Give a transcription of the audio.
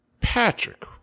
patrick